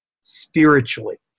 spiritually